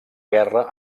guerra